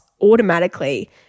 automatically